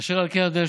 אשר על כן,